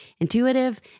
intuitive